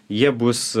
jie bus